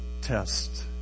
test